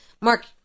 Mark